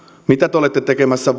mitä te olette tekemässä